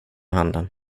handen